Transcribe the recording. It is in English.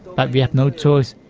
but we have no choice,